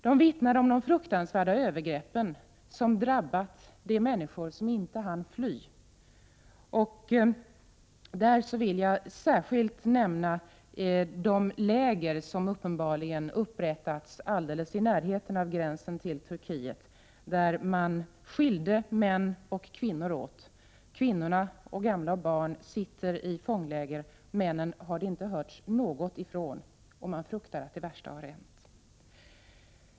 De vittnade om de fruktansvärda övergrepp som drabbat de människor som inte hann fly. Jag vill i detta sammanhang särskilt nämna de läger som uppenbarligen upprättats alldeles i närheten av gränsen till Turkiet, där man skilde män och kvinnor åt. Kvinnor, gamla och barn sitter i fångläger. Männen har det inte hörts något från, och man fruktar att det värsta har hänt.